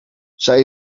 zij